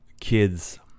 kids